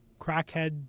crackhead